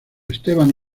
esteban